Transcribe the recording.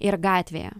ir gatvėje